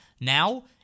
Now